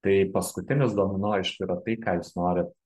tai paskutinis domino aišku yra tai ką jūs norit